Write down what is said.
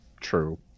true